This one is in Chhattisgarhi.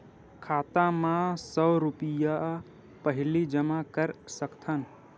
खाता मा सौ रुपिया पहिली जमा कर सकथन?